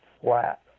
flat